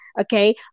Okay